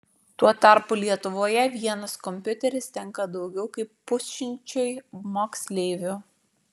tuo tarpu lietuvoje vienas kompiuteris tenka daugiau kaip pusšimčiui moksleivių